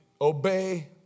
Obey